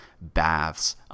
baths